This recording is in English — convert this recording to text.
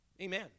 Amen